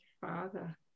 father